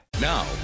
Now